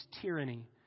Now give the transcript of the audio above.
tyranny